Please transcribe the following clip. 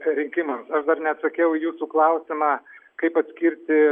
rinkimam dar neatsakiau į jūsų klausimą kaip atskirti